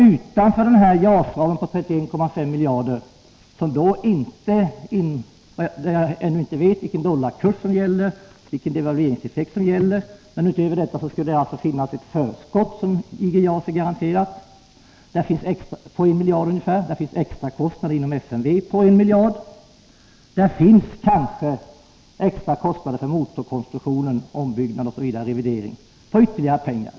Utöver JAS-ramen på 31,5 miljarder — vi vet ännu inte vilken dollarkurs eller vilken devalveringseffekt som gäller — skulle det alltså finnas ett förskott på ungefär 1 miljard som IG JAS är garanterat. Där finns även extrakostnader inom FMV på 1 miljard, och där finns kanske extra kostnader för motorkonstruktionen — ombyggnad, revidering osv.